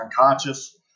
unconscious